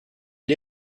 gli